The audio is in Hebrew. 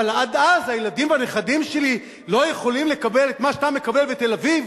אבל עד אז הילדים והנכדים שלי לא יכולים לקבל את מה שאתה מקבל בתל-אביב?